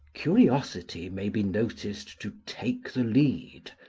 curiosity may be noticed to take the lead,